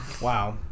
Wow